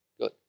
Good